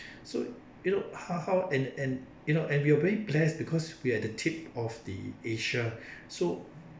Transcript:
so you know how how and and you know and we are very blessed because we are at the tip of the asia so